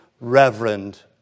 reverend